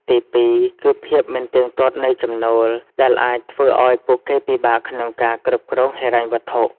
ទីពីរ គឺ ភាពមិនទៀងទាត់នៃចំណូល ដែលអាចធ្វើឱ្យពួកគេពិបាកក្នុងការគ្រប់គ្រងហិរញ្ញវត្ថុ។